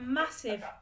massive